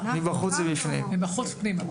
מבחוץ פנימה.